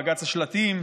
בג"ץ השלטים,